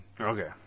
Okay